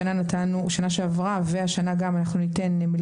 שנה שעברה נתנו וניתן גם השנה,